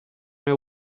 may